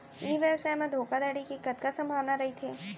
ई व्यवसाय म धोका धड़ी के कतका संभावना रहिथे?